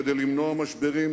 כדי למנוע משברים,